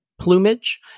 plumage